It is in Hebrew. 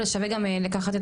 תודה לך עורווה.